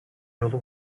yolu